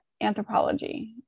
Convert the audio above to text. anthropology